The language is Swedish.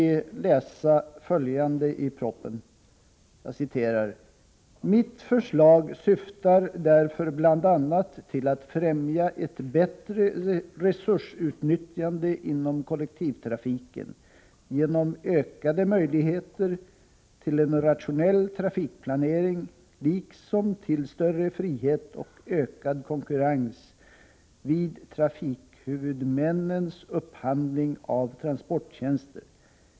a. kan vi läsa följande i propositionen: ”Mitt förslag syftar därför bl.a. till att främja ett bättre resursutnyttjande inom kollektivtrafiken genom ökade möjligheter till en rationell trafikplanering liksom till större frihet och ökad konkurrens vid trafikhuvudmännens upphandling av transporttjänster.